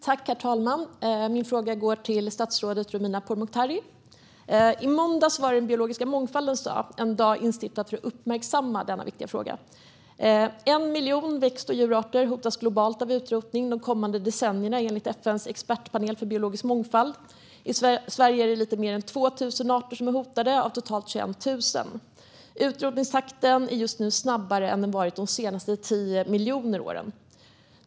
Herr talman! Min fråga går till statsrådet Romina Pourmokhtari. I måndag var det den biologiska mångfaldens dag. Det är en dag som är instiftad för att uppmärksamma denna viktiga fråga. Enligt FN:s expertpanel för biologisk mångfald hotas 1 miljon växt och djurarter globalt av utrotning de kommande decennierna. I Sverige är lite mer än 2 000 av totalt 21 000 arter hotade. Utrotningstakten är just nu snabbare än den varit de senaste tio miljoner åren.